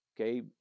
Okay